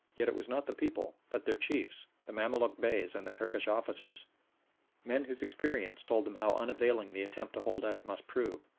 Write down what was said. yet it was not the people, but their chiefs the mamaluk beys and the turkish officers men whose experience told them how unavailing the attempt to hold out must prove,